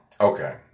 Okay